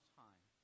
time